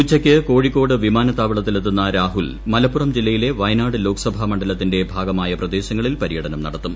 ഉച്ചയ്ക്ക് കോഴിക്കോട് വിമാനത്താവളത്തിലെത്തുന്ന രാഹുൽ മലപ്പുറം ജില്ലയിലെ വയനാട് ലോക്സഭാ മണ്ഡലത്തിന്റെ ഭാഗമായ പ്രദേശങ്ങളിൽ പര്യടനം നടത്തും